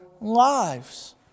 lives